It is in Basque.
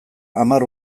hamar